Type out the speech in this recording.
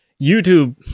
YouTube